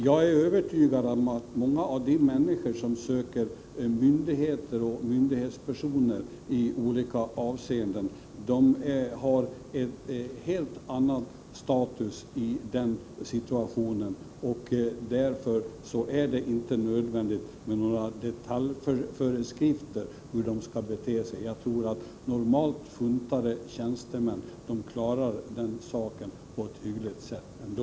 Jag är övertygad om att många av de människor som söker myndigheter och myndighetspersoner i olika avseenden har en helt annan status. Därför är det inte nödvändigt med några detaljföreskrifter om hur de skall bete sig. Jag tror att normalt funtade tjänstemän klarar den saken på ett hyggligt sätt ändå.